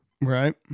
Right